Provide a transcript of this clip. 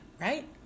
Right